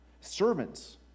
Servants